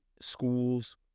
schools